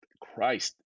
Christ